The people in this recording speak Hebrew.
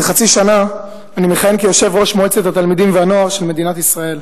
זה חצי שנה אני מכהן כיושב-ראש מועצת התלמידים והנוער של מדינת ישראל.